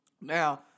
Now